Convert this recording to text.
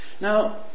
Now